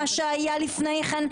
מה שהיה לפני כן,